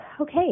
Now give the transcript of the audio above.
Okay